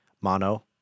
Mono